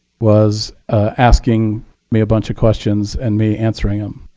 was asking me a bunch of questions and me answering them.